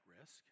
risk